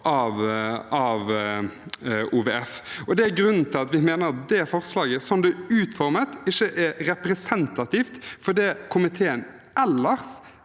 Det er grunnen til at vi mener at det forslaget, sånn det er utformet, ikke er representativt for det komiteen ellers